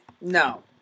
No